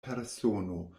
persono